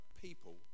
people